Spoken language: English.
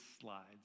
slides